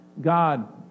God